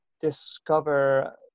discover